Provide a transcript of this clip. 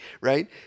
right